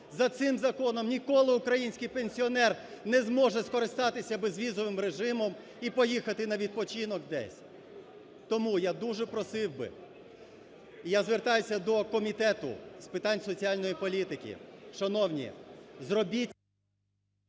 За цим законом ніколи український пенсіонер не зможе скористатися безвізовим режимом і поїхати на відпочинок десь. Тому я дуже просив би і я звертаюся до Комітету з питань соціальної політики. Шановні, зробіть…